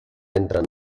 entran